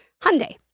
Hyundai